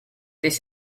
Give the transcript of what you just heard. this